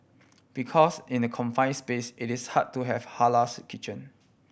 because in a confine space it is hard to have halals kitchen